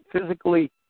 physically